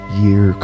year